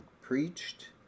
preached